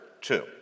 two